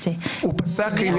אני שואל מה עמדת הממשלה